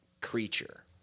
creature